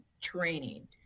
training